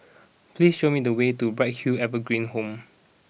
please show me the way to Bright Hill Evergreen Home